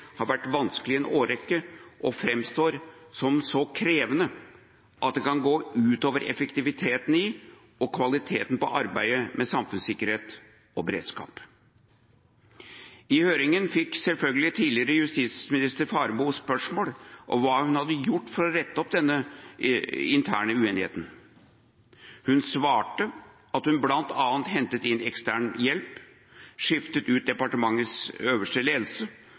har vært vanskelig i en årrekke og fremstår som så krevende at det kan gå ut over effektiviteten i og kvaliteten på arbeidet med samfunnssikkerhet og beredskap. I høringen fikk selvfølgelig tidligere justisminister Faremo spørsmål om hva hun hadde gjort for å rette opp denne interne uenigheten. Hun svarte at hun bl.a. hentet inn ekstern hjelp, skiftet ut departementets øverste ledelse